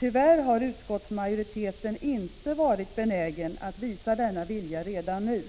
Tyvärr har utskottsmajoriteten inte varit benägen att visa denna vilja redan nu.